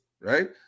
right